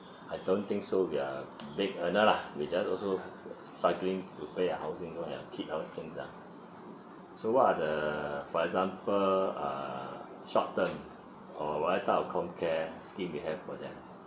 I don't think so we are big earner lah we just also struggling to pay the housing loan and kids all thing ah so what are the for example uh short term or what type of com care scheme you have for them